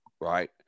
right